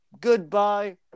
Goodbye